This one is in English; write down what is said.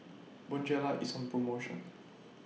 Bonjela IS on promotion